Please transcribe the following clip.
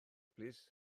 plîs